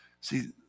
See